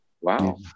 Wow